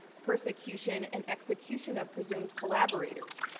persecution and execution of presumed collaborators.